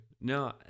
No